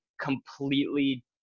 completely